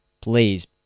Please